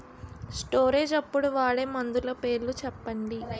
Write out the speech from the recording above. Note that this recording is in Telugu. స్టోరేజ్ అప్పుడు వాడే మందులు పేర్లు చెప్పండీ?